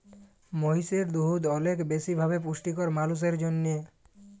মহিষের দুহুদ অলেক বেশি ভাবে পুষ্টিকর মালুসের জ্যনহে